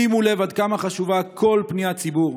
שימו לב עד כמה חשובה כל פניית ציבור.